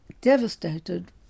devastated